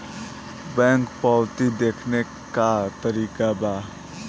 Bank पवती देखने के का तरीका बा?